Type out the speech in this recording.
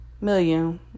million